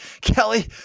Kelly